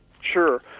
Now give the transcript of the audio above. Sure